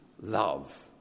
love